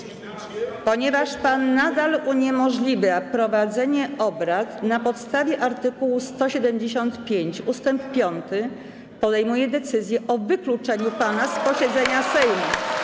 Panie pośle, ponieważ pan nadal uniemożliwia prowadzenie obrad, na podstawie art. 175 ust. 5 podejmuję decyzję o wykluczeniu pana z posiedzenia Sejmu.